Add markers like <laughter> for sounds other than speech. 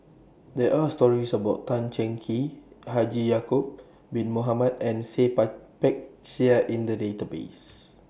There Are stories about Tan Cheng Kee Haji Ya'Acob Bin Mohamed and Seah <unintelligible> Peck Seah in The databases